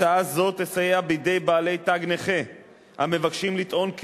הצעה זו תסייע בידי בעלי תג נכה המבקשים לטעון כי